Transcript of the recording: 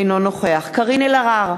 אינו נוכח קארין אלהרר,